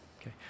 Okay